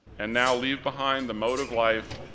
and now leave behind the mode of life,